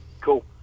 cool